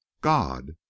god